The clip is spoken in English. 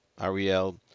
Ariel